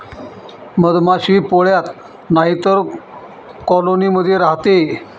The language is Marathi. मधमाशी पोळ्यात नाहीतर कॉलोनी मध्ये राहते